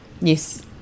yes